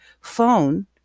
phone